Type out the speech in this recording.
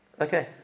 Okay